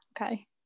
okay